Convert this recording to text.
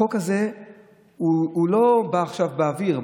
החוק הזה לא בא עכשיו באוויר.